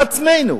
לעצמנו.